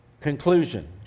conclusion